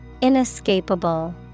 Inescapable